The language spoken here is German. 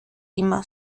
immer